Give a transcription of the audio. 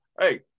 hey